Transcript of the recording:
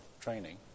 training